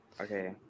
Okay